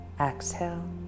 exhale